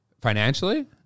financially